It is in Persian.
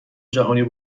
جهانیو